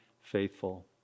faithful